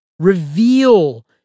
Reveal